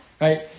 Right